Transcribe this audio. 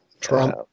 Trump